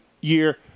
year